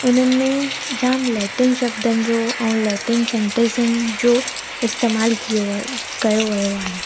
उन्हनि में जाम लैटिन शब्द आहिनि जो ऐं लैटिन सेंटेंसनि जो इस्टेमालु कियो वियो कयो वियो आहे